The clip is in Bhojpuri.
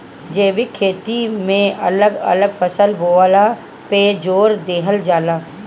जैविक खेती में अलग अलग फसल बोअला पे जोर देहल जाला